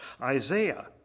Isaiah